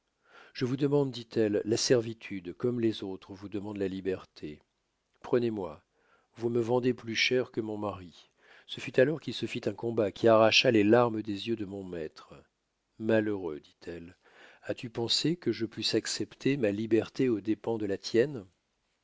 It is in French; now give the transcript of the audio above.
je vous demande dit-elle la servitude comme les autres vous demandent la liberté prenez-moi vous me vendrez plus cher que mon mari ce fut alors qu'il se fit un combat qui arracha les larmes des yeux de mon maître malheureux dit-elle as-tu pensé que je pusse accepter ma liberté aux dépens de la tienne